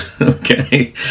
Okay